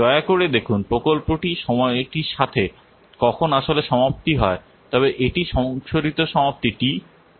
দয়া করে দেখুন প্রকল্পটি সময়টির সাথে কখন আসলে সমাপ্তি হয় তবে এটি সংশোধিত সমাপ্তি t